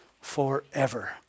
forever